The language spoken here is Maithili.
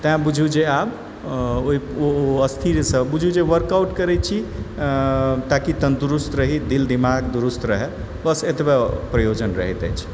तैँ बुझु जे आब स्थिरसँ बुझु जे वर्कआउट करै छी ताकि तन्दुरुस्त रही दिल दिमाग दुरुस्त रहै बस एतबे प्रयोजन रहैत अछि